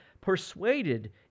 persuaded